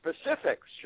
specifics